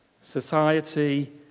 society